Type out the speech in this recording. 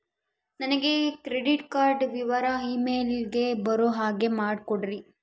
ನನಗೆ credit card ವಿವರ email ಗೆ ಬರೋ ಹಾಗೆ ಮಾಡಿಕೊಡ್ರಿ?